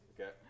Okay